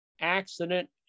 accident